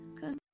Cause